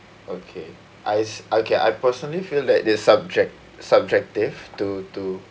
okay I okay I personally feel that it's subject subjective to to